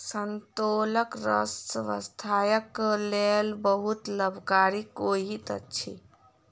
संतोलाक रस स्वास्थ्यक लेल बहुत लाभकारी होइत अछि